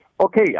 Okay